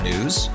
News